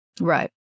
Right